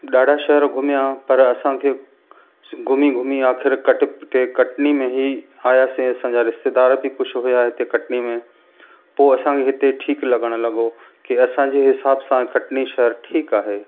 ॾाढा शहर घुमिया पर असांखे घुमी घुमी आख़िरि कटे पिटे कटनी में ई आहियासीं असांजा रिश्तेदार बि कुझु हुतां हिते कटनी में पोइ असांखे हिते ठीकु लॻण लॻो की असांजे हिसाब सां कटनी शहर ठीकु आहे